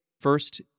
First